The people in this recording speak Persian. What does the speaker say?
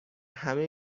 همه